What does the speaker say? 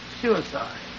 suicide